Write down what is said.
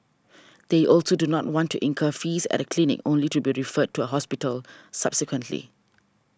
they also do not want to incur fees at a clinic only to be referred to a hospital subsequently